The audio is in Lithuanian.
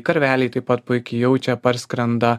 karveliai taip pat puikiai jaučia parskrenda